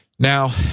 Now